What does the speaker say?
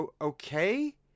Okay